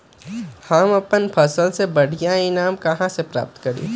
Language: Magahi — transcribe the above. हम अपन फसल से बढ़िया ईनाम कहाँ से प्राप्त करी?